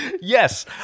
Yes